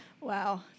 Wow